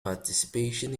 participation